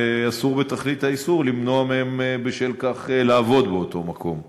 ואסור בתכלית האיסור למנוע מהם בשל כך לעבוד באותו מקום.